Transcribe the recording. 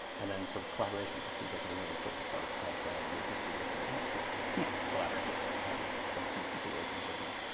and then sort of collaboration seems like a really important part of your history within the industry. and yeah. collaborate with some key people over and over again.